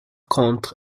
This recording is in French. contre